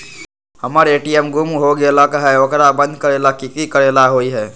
हमर ए.टी.एम गुम हो गेलक ह ओकरा बंद करेला कि कि करेला होई है?